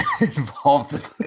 involved